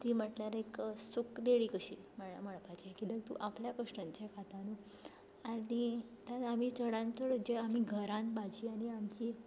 ती म्हटल्यार एक सुखदेणी कशी म्हळ्या म्हणपाचें किद्याक तूं आपल्या कश्टांचें खाता न्हू आनी आतां आमी चडांत चड जे आमी घरांत भाजी आनी आमची